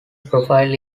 profile